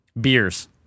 Beers